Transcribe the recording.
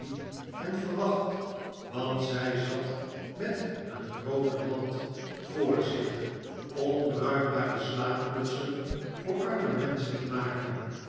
hen verwacht want zij zat met een groote mand voor zich onbruikbare slaapmutsen voor arme menschen te maken